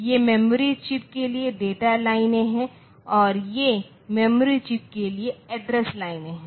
ये memory chip के लिए डेटा लाइनें हैं और ये मेमोरी चिप के लिए एड्रेस लाइन्स हैं